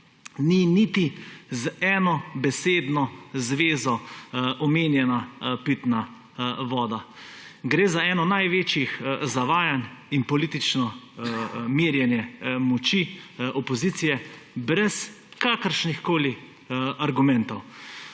ni niti z eno besedno zvezo omenjena pitna voda. Gre za eno največjih zavajanj in politično merjenje moči opozicije brez kakršnihkoli argumentov.